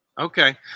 Okay